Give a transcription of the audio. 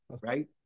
right